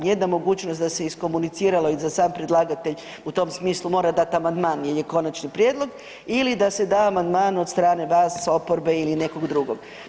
Jedna mogućnost da se iskomuniciralo i da sam predlagatelj u tom smislu mora dat amandman jel je konačni prijedlog ili da se da amandman od strane vas oporbe ili nekog drugog.